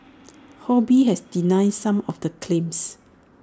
ho bee has denied some of the claims